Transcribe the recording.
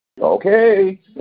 Okay